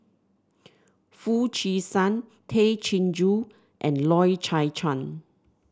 Foo Chee San Tay Chin Joo and Loy Chye Chuan